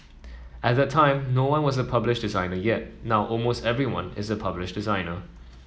at that time no one was a published designer yet now almost everyone is a published designer